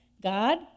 God